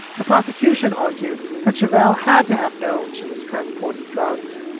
the prosecution argued that shoval had to have known she was transporting drugs.